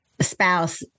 spouse